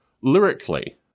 lyrically